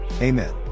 Amen